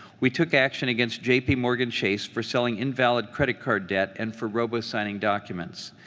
we took action against jpmorgan chase for selling invalid credit card debt and for robo-signing documents.